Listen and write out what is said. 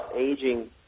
aging